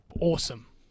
Awesome